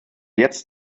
jetzt